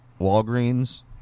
Walgreens